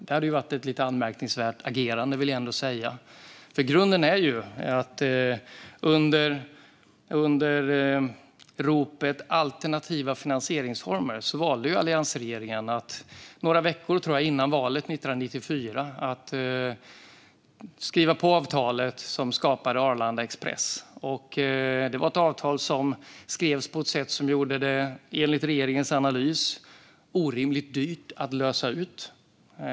Det skulle vara ett lite anmärkningsvärt agerande, vill jag ändå säga. Grunden är att alliansregeringen under ropet om alternativa finansieringsformer några veckor, tror jag att det var, före valet 1994 valde att skriva på avtalet som skapade Arlanda Express. Det var ett avtal som skrevs på ett sätt som gjorde det, enligt regeringens analys, orimligt dyrt att lösa ut.